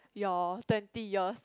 your twenty years